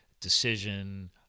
decision